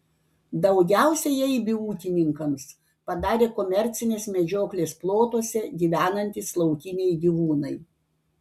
daugiausiai eibių ūkininkams padarė komercinės medžioklės plotuose gyvenantys laukiniai gyvūnai